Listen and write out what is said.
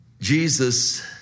Jesus